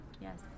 Yes